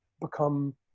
become